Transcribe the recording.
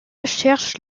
cherche